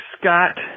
Scott